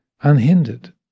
unhindered